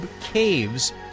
caves